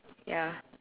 ya